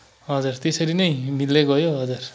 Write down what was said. हजुर त्यसरी नै मिल्दै गयो हजुर